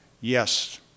Yes